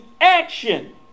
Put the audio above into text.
action